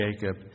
Jacob